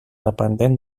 dependent